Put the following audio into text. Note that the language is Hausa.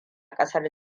kasar